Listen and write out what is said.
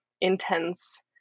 intense